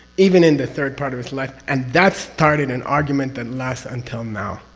even in the third part of his life, and that started an argument that lasts until now.